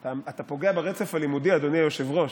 אתה פוגע ברצף הלימודי, אדוני היושב-ראש.